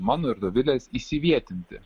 mano ir dovilės įsivietinti